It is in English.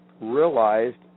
realized